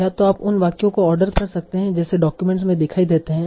या तो आप उन वाक्यों को आर्डर कर सकते हैं जैसे डॉक्यूमेंट में दिखाई देते हैं